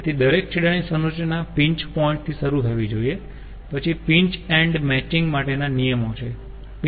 તેથી દરેક છેડા ની સંરચના પિન્ચ પોઈન્ટ થી શરૂ થવી જોઈએ પછી પિન્ચ એન્ડ મેચીંગ માટેના નિયમો છે